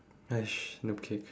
!hais! okay